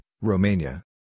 Romania